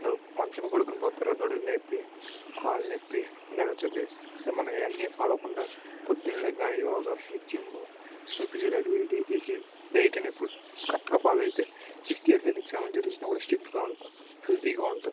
మంచం పడుకొని పోతారు నడుము నొప్పి కాలు నొప్పి నెల వచ్చేది మనం అవన్నీ పాడు అవ్వకుండా పొద్దున లేవగానే యోగా ఈ జిమ్ము ఫిజికల్ యాక్టివిటీ చేసి డైట్ అనేది ఫుడ్ కరెక్ట్గా ఫాలో అయితే సిక్స్త్ ఇయర్స్ సెవెంటీ ఇయర్స్ వచ్చినా కూడా స్టిఫ్గా ఉంటాం హెల్తీగా ఉంటాం